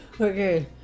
Okay